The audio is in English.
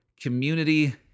community